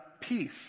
peace